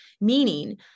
meaning